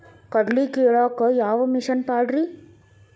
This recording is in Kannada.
ಕಡ್ಲಿ ಕೇಳಾಕ ಯಾವ ಮಿಷನ್ ಪಾಡ್ರಿ?